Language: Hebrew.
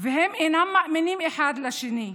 אינם מאמינים אחד לשני.